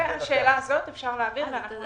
לגבי השאלה הזאת, אפשר להעביר ואנחנו נטפל בזה.